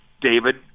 David